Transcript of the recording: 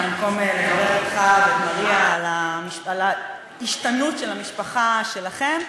זה המקום לברך אותך ואת מריה על ההשתנות של המשפחה שלכם,